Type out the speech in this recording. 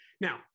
Now